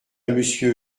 monsieur